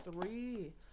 three